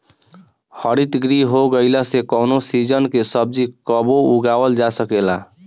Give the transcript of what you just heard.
हरितगृह हो गईला से कवनो सीजन के सब्जी कबो उगावल जा सकेला